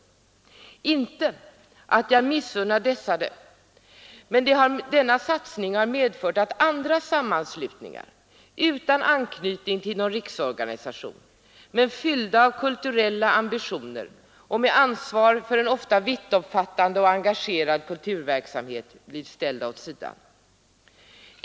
Det är inte så att jag missunnar dessa organisationer stöd, men denna satsning har medfört att andra sammanslutningar, utan anknytning till någon riksorganisation men fyllda av kulturella ambitioner och med ansvar för en ofta vittomfattande och engagerad kulturverksamhet, blivit ställda åt sidan.